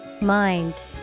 Mind